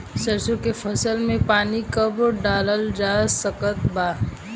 सरसों के फसल में पानी कब डालल जा सकत बा?